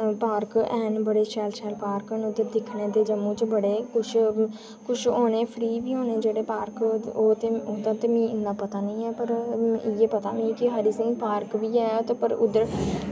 पर पार्क है'न बड़े शैल शैल पार्क न उत्थें दिक्खने दे कुछ कुछ होने फ्री बी होने जेह्ड़े पार्क ओह् ते उं'दा ते मी पता निं ऐ पर ओह् इ'यै पता मी पर हरि सिंह पार्क बी पर उद्धर